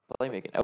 Playmaking